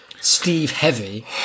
Steve-heavy